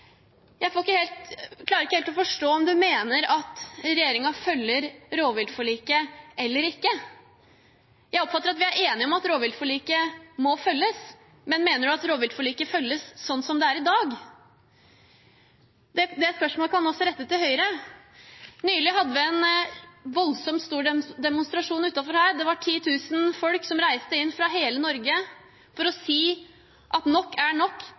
klarer ikke helt å forstå om han mener at regjeringen følger rovviltforliket eller ikke. Jeg oppfatter at vi er enige om at rovviltforliket må følges, men mener representanten at rovviltforliket følges slik det er i dag? Det spørsmålet kan også rettes til Høyre. Nylig hadde vi en voldsomt stor demonstrasjon utenfor Stortinget. 10 000 mennesker hadde reist inn fra hele Norge for å si at nok er nok,